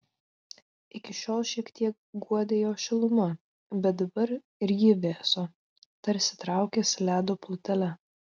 iki šiol šiek tiek guodė jo šiluma bet dabar ir ji vėso tarsi traukėsi ledo plutele